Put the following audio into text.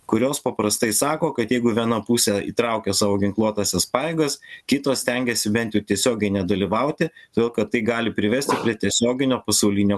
kurios paprastai sako kad jeigu viena pusė įtraukia savo ginkluotąsias pajėgas kitos stengiasi bent jau tiesiogiai nedalyvauti todėl kad tai gali privesti prie tiesioginio pasaulinio